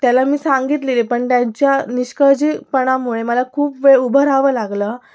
त्याला मी सांगितलेले पण त्यांच्या निष्काळजीपणामुळे मला खूप वेळ उभं राहावं लागलं